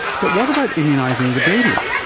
but what about immunising the baby?